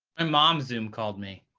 and mom zoom called me.